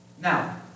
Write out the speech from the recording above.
Now